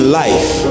life